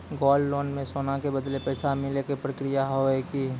Gold loan मे सोना के बदले पैसा मिले के प्रक्रिया हाव है की?